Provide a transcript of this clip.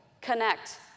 Connect